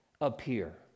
appear